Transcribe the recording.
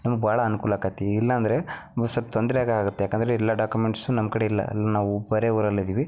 ನಮಗೆ ಭಾಳ ಅನುಕೂಲಾಕತ್ತಿ ಇಲ್ಲಾಂದರೆ ನಮಗೆ ಸೊಲ್ಪ ತೊಂದ್ರಾಗ ಆಗತ್ತೆ ಏಕಂದ್ರೆ ಎಲ್ಲ ಡಾಕುಮೆಂಟ್ಸು ನಮ್ಮ ಕಡೆ ಇಲ್ಲ ಎಲ್ಲ ನಾವು ಬರೇ ಊರಲ್ಲಿ ಇದ್ದೀವಿ